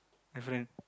my friend